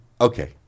Okay